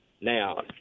Now